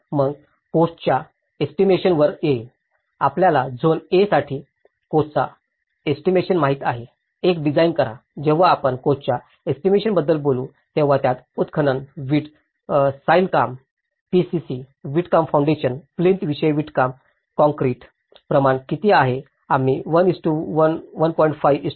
मग कोस्ट च्या एस्टिमेशन वर येईल आपल्याला झोन A साठी कोस्टचा एस्टिमेशन माहित आहे एक डिझाइन करा जेव्हा आपण कोस्टच्या एस्टिमेशन बद्दल बोलू तेव्हा त्यात उत्खनन वीट सॉईलकाम पीसीसी वीटकाम फाउंडेशन प्लिंथ विषयी वीटकाम कंक्रीट प्रमाण किती आहे आम्ही 11